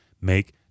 make